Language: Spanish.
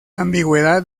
ambigüedad